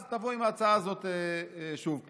אז תבוא עם ההצעה הזאת שוב פעם.